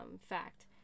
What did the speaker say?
fact